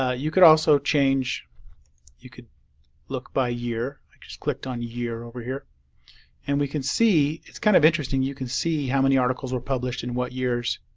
ah you could also change you could look by year just click on year over here and we can see it's kind of interesting you can see how many articles were published in what years